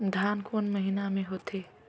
धान कोन महीना मे होथे?